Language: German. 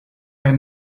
bei